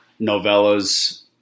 novellas